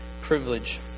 privilege